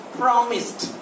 promised